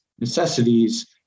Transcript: necessities